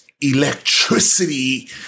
electricity